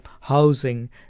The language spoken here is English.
housing